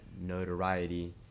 notoriety